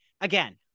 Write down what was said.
again